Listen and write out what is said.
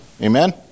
Amen